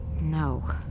No